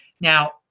Now